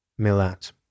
Milat